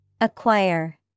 Acquire